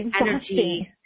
energy